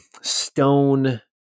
stone